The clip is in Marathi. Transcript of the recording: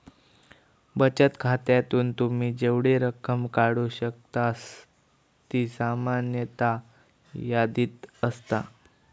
बचत खात्यातून तुम्ही जेवढी रक्कम काढू शकतास ती सामान्यतः यादीत असता